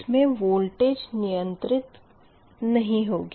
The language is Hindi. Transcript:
इसमें वोल्टेज नियंत्रित नही होगी